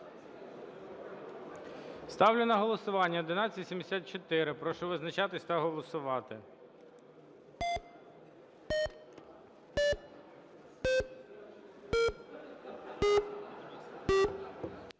Ставлю на голосування 1184. Прошу визначатись та голосувати.